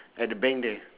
at the bank there